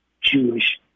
Jewish